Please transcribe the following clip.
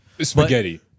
Spaghetti